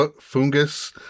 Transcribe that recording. Fungus